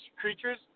creatures